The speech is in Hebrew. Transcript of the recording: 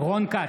רון כץ,